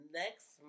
next